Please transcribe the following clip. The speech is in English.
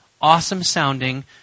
awesome-sounding